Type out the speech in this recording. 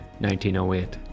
1908